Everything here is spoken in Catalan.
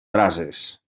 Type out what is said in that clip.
brases